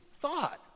thought